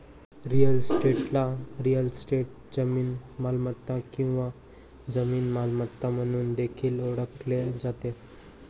real इस्टेटला real estate, जमीन मालमत्ता किंवा जमीन मालमत्ता म्हणून देखील ओळखले जाते